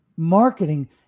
marketing